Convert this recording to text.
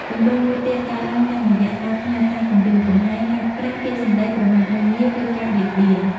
ទម្រង់មួយទៀតកើតឡើងតាមរយៈ ការផ្ញើសារគំរាមកំហែង ការប្រើពាក្យសំដីប្រមាថមើលងាយ ឬការបៀតបៀន។